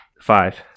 Five